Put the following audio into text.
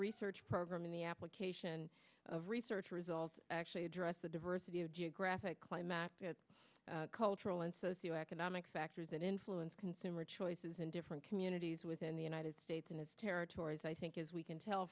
research program in the application of research results actually address the diversity of geographic climactic cultural and socioeconomic factors that influence consumer choices in different communities within the united states and its territories i think as we can tell